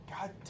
god